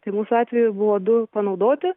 tai mūsų atveju buvo du panaudoti